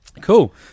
Cool